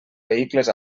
vehicles